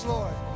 Lord